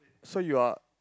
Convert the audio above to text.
so you are